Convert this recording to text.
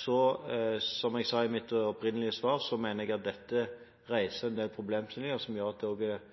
Som jeg sa i mitt opprinnelige svar, mener jeg at dette dreier seg om en del problemstillinger som gjør at det også er